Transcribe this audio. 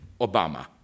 Obama